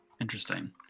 Interesting